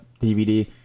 dvd